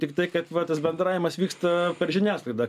tiktai kad va tas bendravimas vyksta per žiniasklaidą